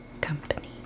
company